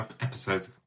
episodes